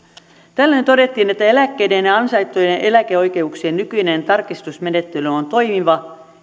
tällöin todettiin että eläkkeiden ja ansaittujen eläkeoikeuksien nykyinen tarkistusmenettely on toimiva